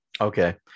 Okay